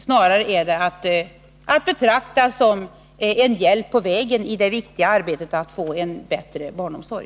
Snarare är det att betrakta som en hjälp på vägen i det viktiga arbetet att få en bättre barnomsorg.